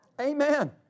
Amen